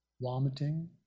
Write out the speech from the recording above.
vomiting